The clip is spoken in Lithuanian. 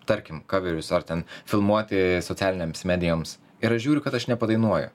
tarkim kaverius ar ten filmuoti socialinėms medijoms ir aš žiūriu kad aš nepadainuoju